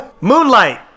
moonlight